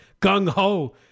gung-ho